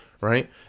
right